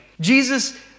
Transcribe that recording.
Jesus